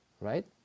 right